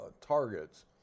targets